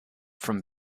from